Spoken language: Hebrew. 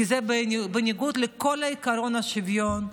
אלא כי זה בניגוד לכל עקרון השוויון,